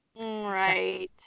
Right